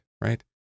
right